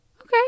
okay